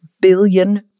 billion